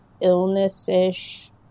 illness-ish